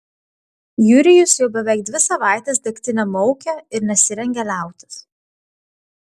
jurijus jau beveik dvi savaites degtinę maukia ir nesirengia liautis